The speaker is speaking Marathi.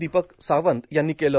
दीपक सावंत यांनी केलं